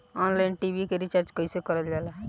Online TV के recharge कईसे करल जाला?